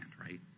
right